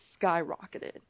skyrocketed